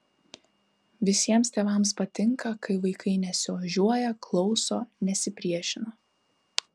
visiems tėvams patinka kai vaikai nesiožiuoja klauso nesipriešina